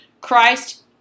Christ